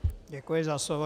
Děkuji za slovo.